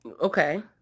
Okay